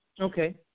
Okay